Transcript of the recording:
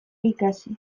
ikasi